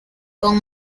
con